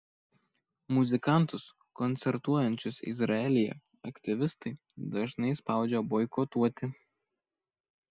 muzikantus koncertuojančius izraelyje aktyvistai dažnai spaudžia boikotuoti